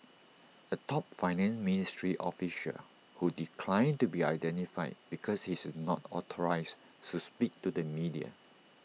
A top finance ministry official who declined to be identified because he is not authorised so speak to the media